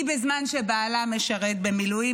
היא בזמן שבעלה משרת במילואים,